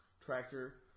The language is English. tractor